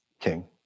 king